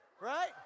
Right